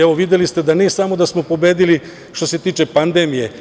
Evo, videli ste da nije samo da smo pobedili što se tiče pandemije.